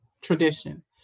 tradition